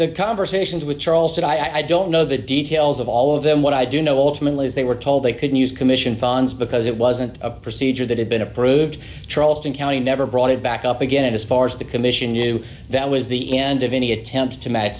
the conversations with charles but i don't know the details of all of them what i do know ultimately is they were told they couldn't use commission funds because it wasn't a procedure that had been approved charleston county never brought it back up again and as far as the commission knew that was the end of any attempt to match